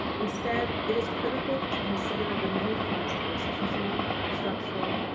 instead, it is critical to consider the many forms of institutional, structural,